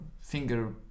finger